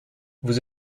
vous